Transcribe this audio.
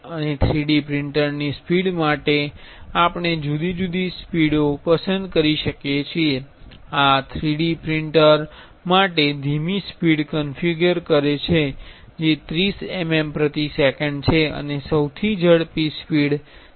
અને 3D પ્રિન્ટિંગની speed આપણે જુદી જુદી સ્પિડઓ પસંદ કરી શકીએ છીએ આ આ 3D પ્રિંટર માટે ધીમી સ્પિડ ક્ન્ફિગર કરે છે જે 30 mm પ્રતિ સેકન્ડ છે અને સૌથી ઝડપી સ્પિડ 60 mm પ્રતિ સેકંડ છે